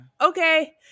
okay